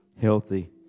healthy